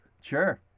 Sure